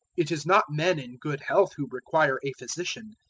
it is not men in good health who require a physician,